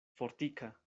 fortika